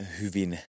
hyvin